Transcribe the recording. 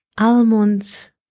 almonds